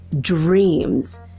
dreams